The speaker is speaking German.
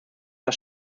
das